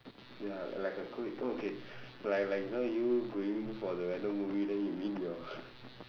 ya like a coin~ oh okay like like you know you going for the random movie then you meet your